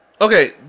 Okay